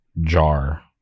jar